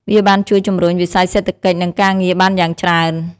វាបានជួយជំរុញវិស័យសេដ្ឋកិច្ចនិងការងារបានយ៉ាងច្រើន។